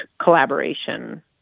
collaboration